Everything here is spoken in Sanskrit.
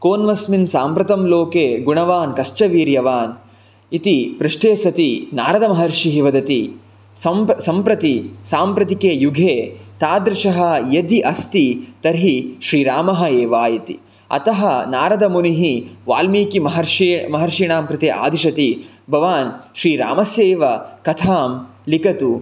कोन्वस्मिन् साम्प्रतं लोके गुणवान् कश्च वीर्यवान् इति पृष्ठे सति नारदमहर्षिः वदति सम्प्रति साम्प्रतिके युगे तादृशः यदि अस्ति तर्हि श्रीरामः एव इति अतः नारदमुनिः वाल्मीकिमहर्षि महर्षीणां प्रति आदिशति भवान् श्रीरामस्यैव कथां लिखतु